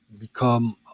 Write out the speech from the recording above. become